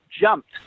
jumped